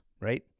right